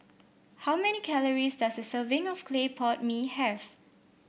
how many calories does a serving of Clay Pot Mee have